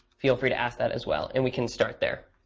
feel free to ask that as well. and we can start there.